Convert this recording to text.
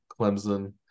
Clemson